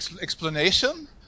explanation